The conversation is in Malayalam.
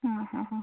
ആ ഹാ ഹാ